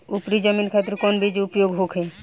उपरी जमीन खातिर कौन बीज उपयोग होखे?